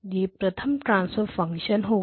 यह प्रथम transfer function होगा